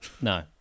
No